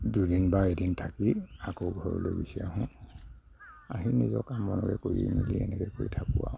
দুদিন বা এদিন থাকি আকৌ ঘৰলৈ গুচি আহোঁ আহি নিজৰ কাম বনকে কৰি মেলি এনেকৈ কৰি থাকো আৰু